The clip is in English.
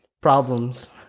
problems